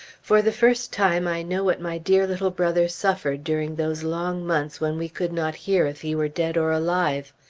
for the first time i know what my dear little brother suffered during those long months when we could not hear if he were dead or alive.